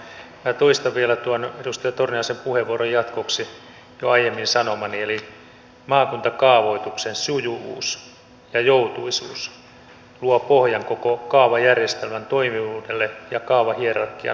minä toistan vielä tuon edustaja torniaisen puheenvuoron jatkoksi jo aiemmin sanomani eli maakuntakaavoituksen sujuvuus ja joutuisuus luo pohjan koko kaavajärjestelmän toimivuudelle ja kaavahierarkian toteutumiselle